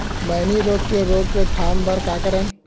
मैनी रोग के रोक थाम बर का करन?